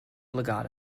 legato